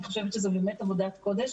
אני חושבת שזו באמת עבודת קודש.